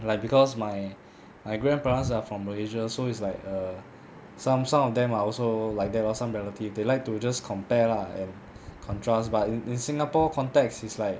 like because my my grandparents are from malaysia so it's like err some some of them are also like that lor some relatives they like to just compare lah and contrast but in in singapore context is like